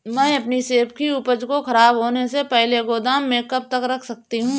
मैं अपनी सेब की उपज को ख़राब होने से पहले गोदाम में कब तक रख सकती हूँ?